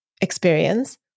experience